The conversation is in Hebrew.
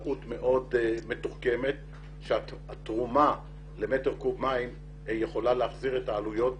חקלאות מאוד מתוחכמת שהתרומה למטר קוב מים יכולה להחזיר את העלויות